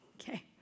Okay